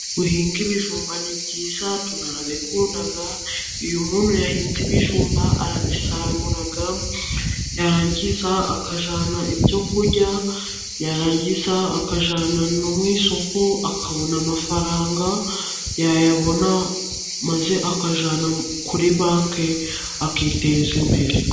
Guhinga ibijumba ni byiza tubikunda. Iyo umuntu yahinze ibijumba arabisarura, yarangiza akajyana ibyo kurya, yarangiza akabijyana mu isoko akabona amafaranga, yayabona maze akayajyana kuri banki, akiteza imbere.